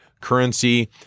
currency